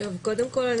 קודם כל,